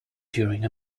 during